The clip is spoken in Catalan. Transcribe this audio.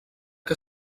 que